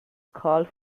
called